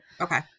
okay